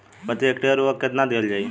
प्रति हेक्टेयर उर्वरक केतना दिहल जाई?